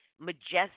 majestic